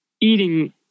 eating